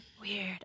Weird